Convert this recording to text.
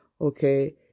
okay